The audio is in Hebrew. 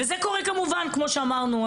כמו שאמרנו,